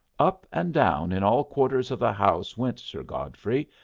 up and down in all quarters of the house went sir godfrey,